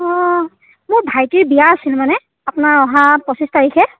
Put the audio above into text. অ' মোৰ ভাইটিৰ বিয়া আছিল মানে আপোনাৰ অহা পঁচিছ তাৰিখে